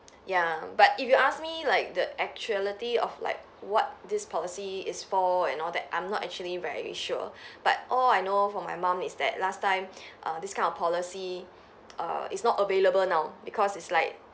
ya but if you ask me like the actuality of like what this policy is for and all that I'm not actually very sure but all I know from my mom is that last time err this kind of policy err is not available now because it's like